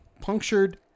punctured